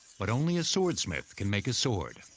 but only a swordsmith can make a sword.